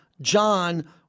John